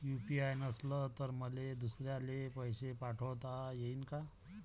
UPI नसल तर मले दुसऱ्याले पैसे पाठोता येईन का?